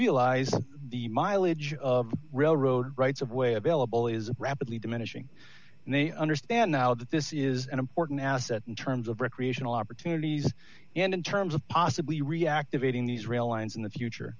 realized the mileage of the railroad rights of way available is rapidly diminishing and they understand now that this is an important asset in terms of recreational opportunities and in terms of possibly reactivating these rail lines in the future